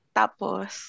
tapos